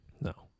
No